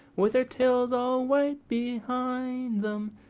with their tails all white behind them,